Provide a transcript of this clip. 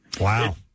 Wow